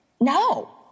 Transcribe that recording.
no